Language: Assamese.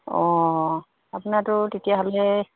অঁ আপোনাৰতো তেতিয়াহ'লে